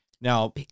Now